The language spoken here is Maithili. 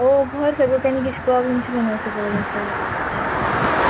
ओ घरके एगो कनि किछु प्रोबलम छलै ने ताहिके वजह से अटेन्डेन्स नहि भऽ रहलै